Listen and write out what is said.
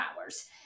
hours